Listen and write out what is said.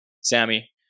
Sammy